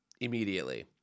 immediately